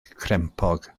crempog